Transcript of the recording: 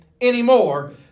anymore